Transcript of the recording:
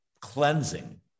cleansing